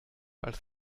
als